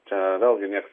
čia vėlgi nieks